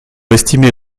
estimer